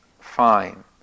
fine